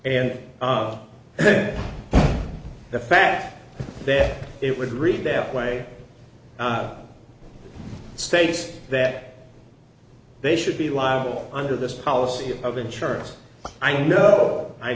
and the fact that it would read their way up states that they should be liable under this policy of insurance i know i